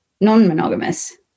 non-monogamous